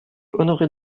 honoré